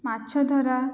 ମାଛ ଧରା